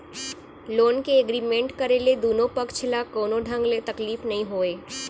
loan के agreement करे ले दुनो पक्छ ल कोनो ढंग ले तकलीफ नइ होवय